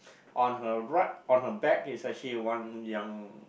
on her right on her back is actually one young